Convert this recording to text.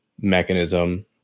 mechanism